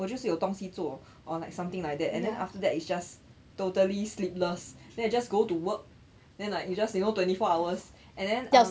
我就是有东西做 or like something like that and then after that it's just totally sleepless then I just go to work then like you just you know twenty four hours and then um